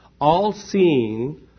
all-seeing